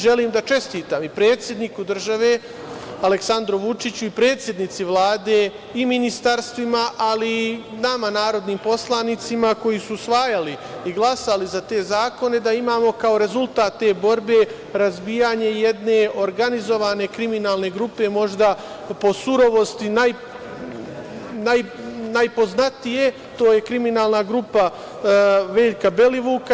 Želim i da čestitam i predsedniku države Aleksandru Vučiću, predsednici Vlade i ministarstvima, ali i nama narodnim poslanicima koji su usvajali i glasali za te zakone, da imamo kao rezultat te borbe razbijanje jedne organizovane kriminalne grupe, možda po surovosti najpoznatije, a to je kriminalna grupa Veljka Belivuka.